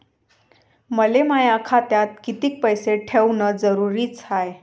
मले माया खात्यात कितीक पैसे ठेवण जरुरीच हाय?